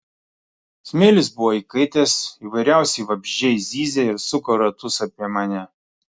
smėlis buvo įkaitęs įvairiausi vabzdžiai zyzė ir suko ratus apie mane